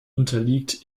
unterliegt